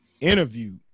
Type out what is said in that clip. interview